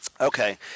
Okay